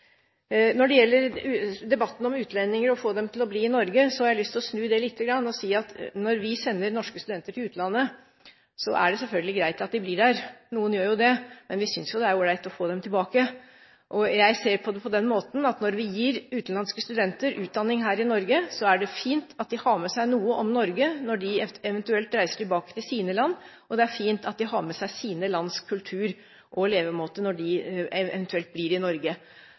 Når det gjelder debatten om utlendinger og det å få dem til å bli i Norge, har jeg lyst til å snu litt på det og si at når vi sender norske studenter til utlandet, er det selvfølgelig greit at de blir der – noen gjør jo det – men vi synes jo det er all right å få dem tilbake. Jeg ser på det på den måten at når vi gir utenlandske studenter utdanning her i Norge, er det fint at de har med seg noe om Norge når de eventuelt reiser tilbake til sine respektive land, og det er fint at de har med seg sitt lands kultur og levemåte når de eventuelt blir i Norge.